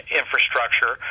infrastructure